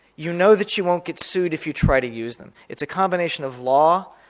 you know that you won't get sued if you try to use them. it's a combination of law,